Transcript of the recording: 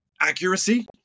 Accuracy